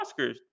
Oscars